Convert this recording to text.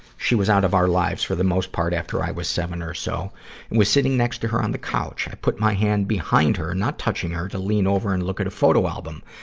she was out of our lives for the most part after i was seven or so and was sitting next to her on the couch. i put my hand behind her, not touching her, to lean over to and look at a photo album.